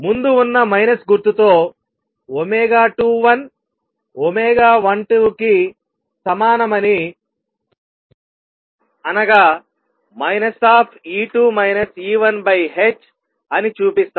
ముందు ఉన్న మైనస్ గుర్తుతో 21 12 కి సమానమని అనగా ℏ అని చూపిస్తాను